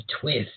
twist